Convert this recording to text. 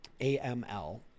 AML